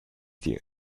you